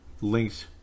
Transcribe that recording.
links